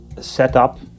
setup